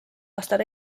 aastal